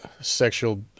sexual